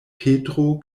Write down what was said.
petro